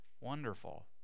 wonderful